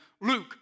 Luke